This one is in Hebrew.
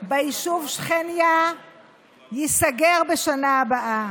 ביישוב שכניה ייסגר בשנה הבאה,